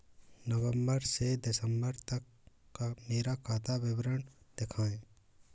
नवंबर से दिसंबर तक का मेरा खाता विवरण दिखाएं?